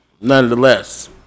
nonetheless